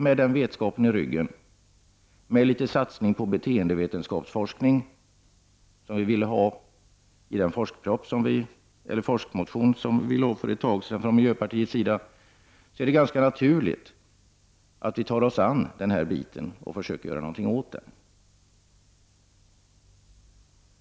Med den vetskapen i ryggen, med litet satsning på beteendevetenskapsforskning, som vi vill ha i den forskningsmotion som vi från miljöpartiets sida väckte för ett tag sedan, är det ganska naturligt att vi tar oss an den här biten och försöker göra någonting åt den.